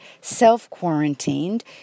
self-quarantined